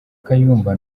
kayumba